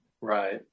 Right